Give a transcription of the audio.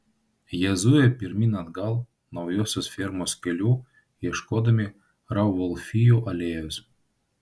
jie zuja pirmyn atgal naujosios fermos keliu ieškodami rauvolfijų alėjos